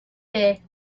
day